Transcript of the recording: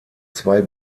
zwei